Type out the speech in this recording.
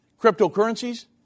Cryptocurrencies